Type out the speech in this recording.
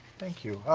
thank you.